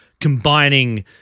combining